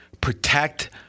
Protect